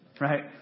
Right